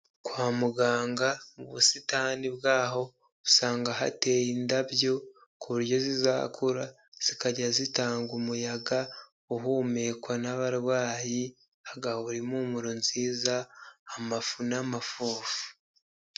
Kwa muganga mu busitani bwaho, usanga hateye indabyo ku buryo zizakura zikajya zitanga umuyaga uhumekwa n'abarwayi hagahora impumuro nziza amafu, n'amafufu.